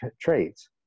traits